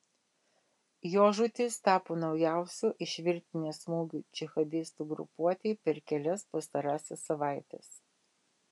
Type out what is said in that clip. jo žūtis tapo naujausiu iš virtinės smūgių džihadistų grupuotei per kelias pastarąsias savaites